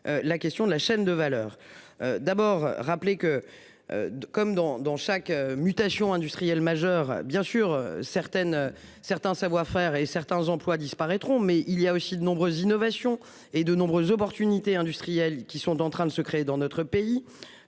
La question de la chaîne de valeur. D'abord rappeler que. Comme dans, dans chaque mutation du. Ariel majeur bien sûr certaines certains savoir-faire et certains emplois disparaîtront. Mais il y a aussi de nombreuses innovations et de nombreuses opportunités industrielles qui sont en train de se créer dans notre pays.